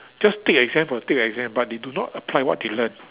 just take exam for take exam but they do not apply what they learn